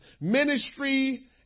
Ministry